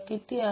तर हे एक आहे